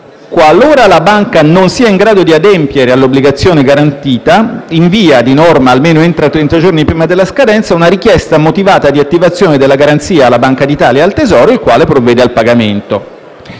Qualora la banca non sia in grado di adempiere all'obbligazione garantita, invia, di norma almeno entro trenta giorni prima della scadenza, una richiesta motivata di attivazione della garanzia alla Banca d'Italia e al Tesoro, il quale provvede al pagamento.